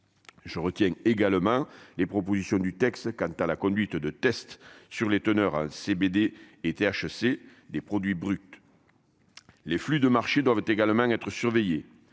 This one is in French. je retiens également les propositions du texte quant à la conduite de tests sur les teneurs CBD était HEC, des produits bruts, les flux de marché doivent également être surveillées,